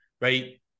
right